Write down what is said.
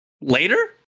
later